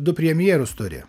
du premjerus turi